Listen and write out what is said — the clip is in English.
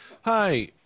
hi